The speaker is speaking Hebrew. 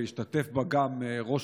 והשתתף בה גם ראש